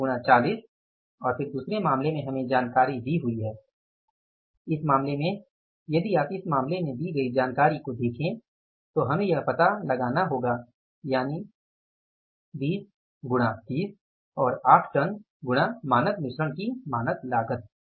8 गुणा 40 और फिर दूसरे मामले में हमें जानकारी दी हुई है इस मामले में यदि आप इस मामले में दी गई जानकारी को देखें तो हमें यह पता लगाना होगा यानि 20 गुणा 30 और 8 टन गुणा मानक मिश्रण की मानक लागत